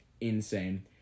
insane